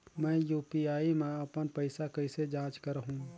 मैं यू.पी.आई मा अपन पइसा कइसे जांच करहु?